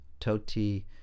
Toti